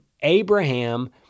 Abraham